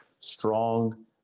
strong